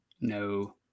No